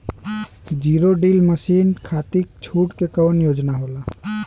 Zero till machine खाती छूट के कवन योजना होला?